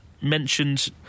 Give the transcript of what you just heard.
mentioned